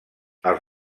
els